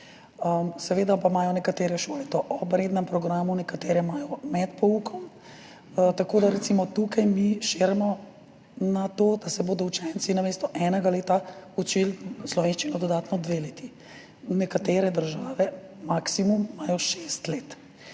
Seveda pa imajo nekatere šole to ob rednem programu, nekatere imajo med poukom, tako da recimo tukaj mi širimo na to, da se bodo učenci namesto enega leta učili slovenščino dodatno dve leti. Nekatere države, maksimum, imajo šest let.